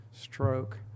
stroke